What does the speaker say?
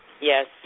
Yes